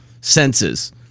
senses